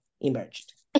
emerged